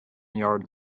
yard